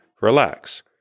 Relax